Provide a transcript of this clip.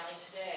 today